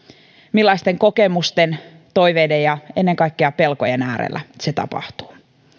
millaisten kokemusten toiveiden ja ennen kaikkea pelkojen äärellä se tapahtuu